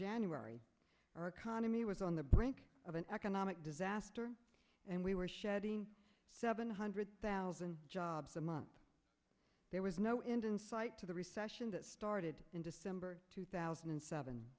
january our economy was on the brink of an economic disaster and we were seven hundred thousand jobs a month there was no end in sight to the recession that started in december two thousand and seven